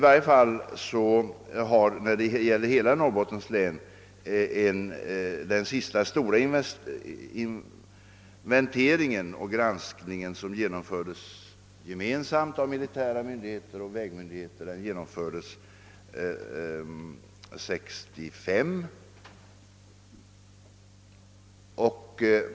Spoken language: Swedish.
Den senaste stora inventeringen och granskningen av vägspärrarna i hela Norrbottens län verkställdes gemensamt av militära myndigheter och vägmyndigheter år 1965.